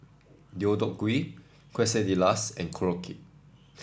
Deodeok Gui Quesadillas and Korokke